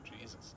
Jesus